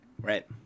Right